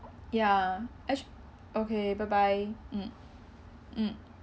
ya actu~ okay bye bye mm mm